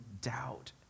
doubt